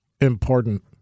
important